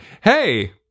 hey